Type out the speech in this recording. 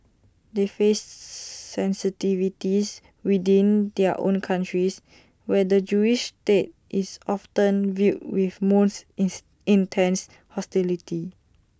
they face sensitivities within their own countries where the Jewish state is often viewed with moose its intense hostility